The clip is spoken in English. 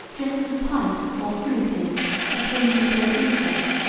just as a pipe or flute is of him who blows into it.